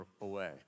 away